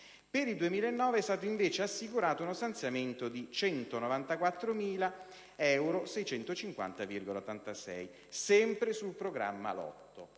Per il 2009 è stato, invece, assicurato uno stanziamento di 194.650,86 euro sempre sul programma Lotto.